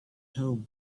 home